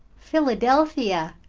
philadelphia,